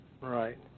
Right